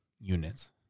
units